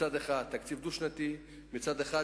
מצד אחד התקציב הוא דו-שנתי ומצד שני,